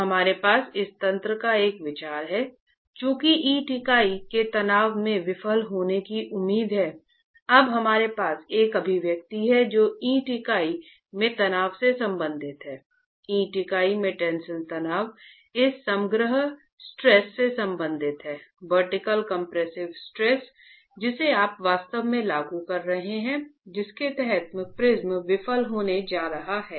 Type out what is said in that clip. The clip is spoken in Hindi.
तो हमारे पास इस तंत्र का एक विचार है चूंकि ईंट इकाई के तनाव में विफल होने की उम्मीद है अब हमारे पास एक अभिव्यक्ति है जो ईंट इकाई में तनाव से संबंधित है ईंट इकाई में टेंसिल तनाव इस समग्र स्ट्रेस से संबंधित है वर्टिकल कंप्रेसिव स्ट्रेस जिसे आप वास्तव में लागू कर रहे हैं और जिसके तहत प्रिज्म विफल होने जा रहा है